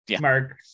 Mark